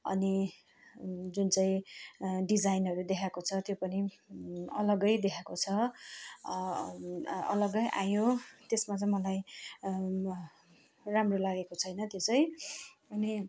अनि जुन चाहिँ डिजाइनहरू देखाएको छ त्यो पनि अलगै देखाएको छ अ अरू अलगै आयो त्यसमा चाहिँ मलाई राम्रो लागेको छैन त्यो चाहिँ अनि